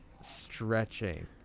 stretching